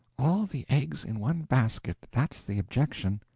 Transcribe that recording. all the eggs in one basket that's the objection.